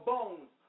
Bones